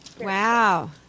Wow